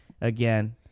Again